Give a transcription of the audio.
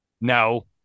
No